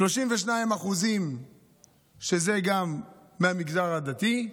32% גם מהמגזר הדתי,